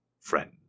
friend